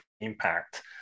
impact